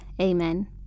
Amen